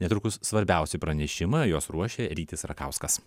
netrukus svarbiausi pranešimai o juos ruošia rytis rakauskas